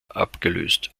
abgelöst